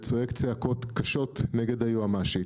וצועק צעקות קשות נגד היועמ"שית.